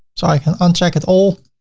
so i can uncheck it all.